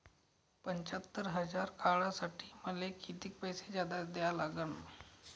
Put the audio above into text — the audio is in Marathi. पंच्यात्तर हजार काढासाठी मले कितीक पैसे जादा द्या लागन?